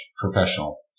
professional